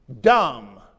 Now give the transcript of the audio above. dumb